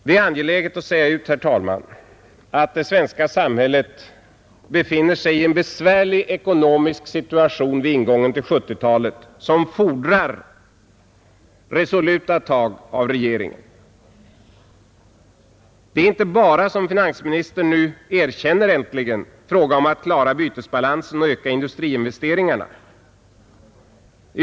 Det är angeläget att säga ut, herr talman, att det svenska samhället vid ingången av 1970-talet befinner sig i en besvärlig ekonomisk situation, som fordrar resoluta tag av regeringen. Det är inte bara, som finansministern nu äntligen erkänner, fråga om att klara bytesbalansen och öka industriinvesteringarna.